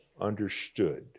understood